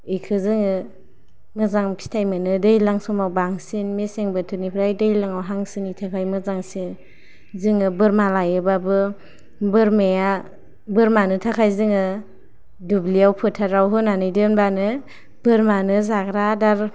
बेखौ जोङो मोजां फिथाइ मोनो दैज्लां समाव बांसिन मेसें बोथोरनिफ्राय दैज्लांआव हांसोनि थाखाय मोजांसिन जोङो बोरमा लायोबाबो बोरमानि थाखाय जों दुब्लियाव फोथाराव होनानै दोनबाबो बोरमानो जाग्रा आदार